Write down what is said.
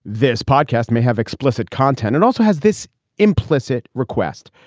this podcast may have explicit content and also has this implicit request,